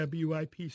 WIP